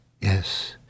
yes